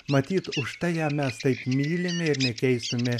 matyt už tai ją mes taip mylime ir nekeisime